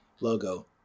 logo